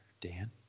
dan